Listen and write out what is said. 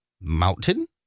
mountain